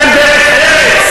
לא ינקו את הזבל?